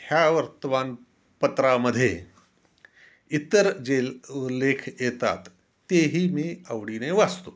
ह्या वर्तमानपत्रामध्ये इतर जे लेख येतात तेही मी आवडीने वाचतो